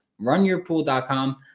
Runyourpool.com